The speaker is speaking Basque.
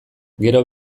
gero